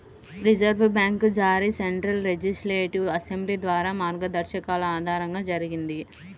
reserve bank జారీ central legislative assembly ద్వారా మార్గదర్శకాల ఆధారంగా జరిగింది